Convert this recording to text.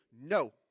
No